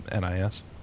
nis